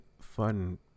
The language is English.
fun